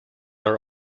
are